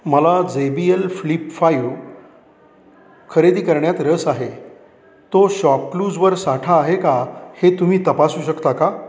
मला J B L flip five खरेदी करण्यात रस आहे तो शॉपक्लूजवर साठा आहे का हे तुम्ही तपासू शकता का